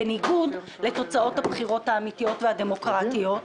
בניגוד לתוצאות הבחירות האמיתיות והדמוקרטיות.